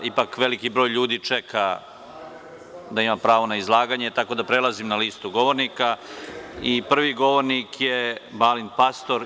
Ipak veliki broj ljudi čeka da ima pravo na izlaganje, tako da prelazim na listu govornika i prvi govornik je Balint Pastor.